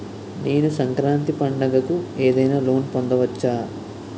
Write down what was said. నేను సంక్రాంతి పండగ కు ఏదైనా లోన్ పొందవచ్చా?